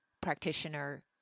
practitioner